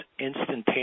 instantaneous